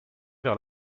vers